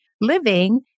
living